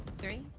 three